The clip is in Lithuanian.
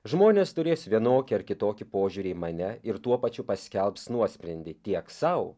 žmonės turės vienokį ar kitokį požiūrį į mane ir tuo pačiu paskelbs nuosprendį tiek sau